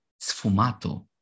sfumato